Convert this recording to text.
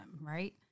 Right